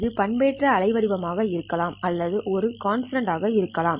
இது பண்பேற்றப்பட்ட அலை வடிவம் ஆக இருக்கலாம் அல்லது அது ஒரு கான்ஸ்டன்ட் ஆக இருக்கலாம்